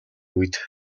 үед